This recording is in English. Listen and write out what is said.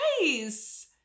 nice